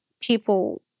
people